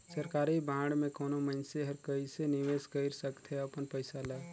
सरकारी बांड में कोनो मइनसे हर कइसे निवेश कइर सकथे अपन पइसा ल